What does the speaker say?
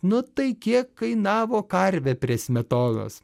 nu tai kiek kainavo karvė prie smetonos